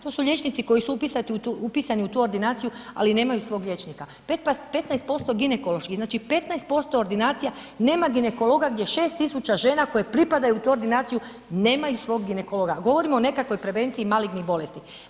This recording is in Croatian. To su liječnici koji su upisani u tu ordinaciju ali nemaju svog liječnika 15% ginekološki, znači 15% ordinacija nema ginekologa gdje 6 tisuća žena koje pripadaju toj ordinaciju nemaju svog ginekologa, a govorimo o nekakvoj prevenciji malignih bolesti.